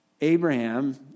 Abraham